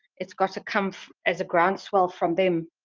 it's got to come as a ground swell from them.